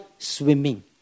Swimming